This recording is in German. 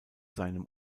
seinem